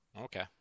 okay